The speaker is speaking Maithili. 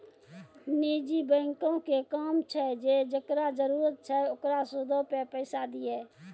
निजी बैंको के काम छै जे जेकरा जरुरत छै ओकरा सूदो पे पैसा दिये